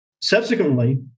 Subsequently